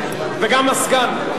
וגם הסגן,